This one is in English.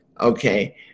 okay